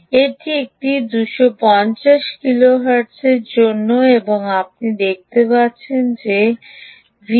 এটি এটি 250 কিলোহার্টজের জন্য এবং আপনি দেখতে পাবেন যে V